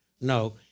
No